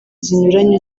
zinyuranye